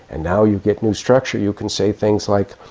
and now you get new structure, you can say things like,